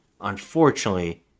unfortunately